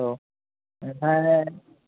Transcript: औ आमफाय